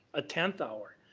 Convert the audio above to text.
a tenth hour?